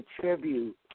tribute